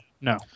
no